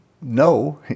no